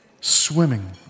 swimming